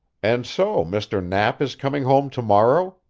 and so mr. knapp is coming home to-morrow?